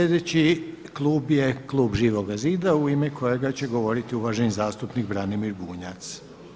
Sljedeći klub je klub Živoga zida u ime kojega će govoriti uvaženi zastupnik Branimir Bunjac.